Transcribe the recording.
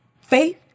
Faith